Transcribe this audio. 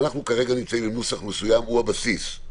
אנחנו כרגע נמצאים בנוסח מסוים, הוא הבסיס.